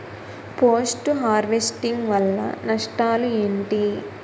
Post harvesting వల్ల నష్టాలు ఏంటి?